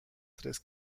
tres